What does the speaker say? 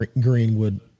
Greenwood